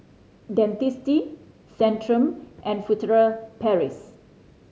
Dentiste Centrum and Furtere Paris